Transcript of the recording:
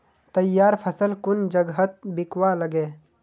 तैयार फसल कुन जगहत बिकवा लगे?